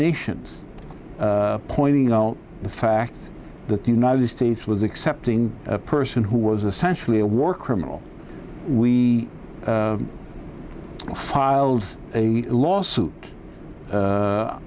nations pointing out the fact that the united states was accepting a person who was essentially a war criminal we filed a lawsuit